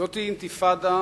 זוהי אינתיפאדה